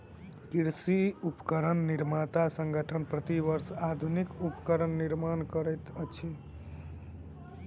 कृषि उपकरण निर्माता संगठन, प्रति वर्ष आधुनिक उपकरणक निर्माण करैत अछि